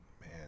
Man